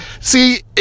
See